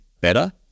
better